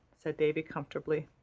said davy comfortably.